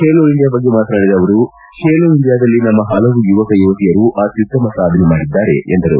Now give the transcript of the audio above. ಬೇಲೋ India ಬಗ್ಗೆ ಮಾತನಾಡಿದ ಅವರು ಖೇಲೋ ಇಂಡಿಯಾದಲ್ಲಿ ನಮ್ಮ ಹಲವು ಯುವಕ ಯುವತಿಯರು ಅತ್ನುತ್ತಮ ಸಾಧನೆ ಮಾಡಿದ್ದಾರೆ ಎಂದರು